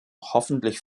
hoffentlich